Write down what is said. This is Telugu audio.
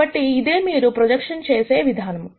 కాబట్టి ఇదే మీరు ప్రొజెక్షన్ చేసే విధానము